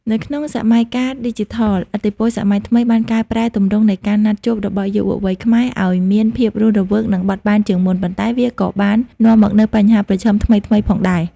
នៅក្នុងសម័យកាលឌីជីថល ឥទ្ធិពលសម័យថ្មីបានកែប្រែទម្រង់នៃការណាត់ជួបរបស់យុវវ័យខ្មែរឱ្យមានភាពរស់រវើក និងបត់បែនជាងមុន ប៉ុន្តែវាក៏បាននាំមកនូវបញ្ហាប្រឈមថ្មីៗផងដែរ។